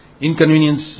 inconvenience